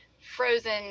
frozen